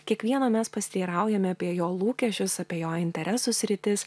kiekvieno mes pasiteiraujame apie jo lūkesčius apie jo interesų sritis